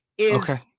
Okay